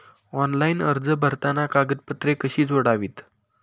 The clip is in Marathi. ऑनलाइन अर्ज भरताना कागदपत्रे कशी जोडावीत?